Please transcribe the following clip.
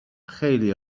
خیلی